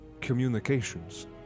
communications